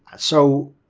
so